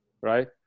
right